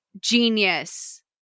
genius